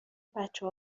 بچه